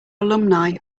alumni